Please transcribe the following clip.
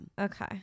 Okay